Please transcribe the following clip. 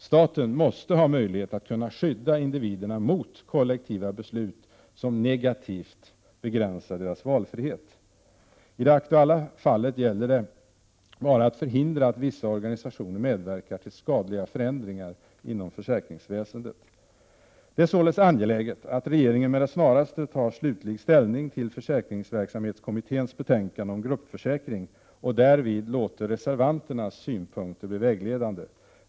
Staten måste ha en möjlighet att skydda individerna mot kollektiva beslut som negativt begränsar deras valfrihet. I det aktuella fallet gäller det bara att förhindra att vissa organisationer medverkar till skadliga förändringar inom försäkringsväsendet. Det är således angeläget att regeringen med det snaraste tar slutlig ställning till försäkringsverksamhetskommitténs betänkande om gruppförsäkring och därvid låter reservanternas synpunkter bli vägledande.